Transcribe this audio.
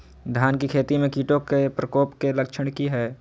धान की खेती में कीटों के प्रकोप के लक्षण कि हैय?